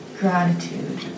gratitude